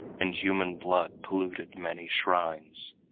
and human blood polluted many shrines.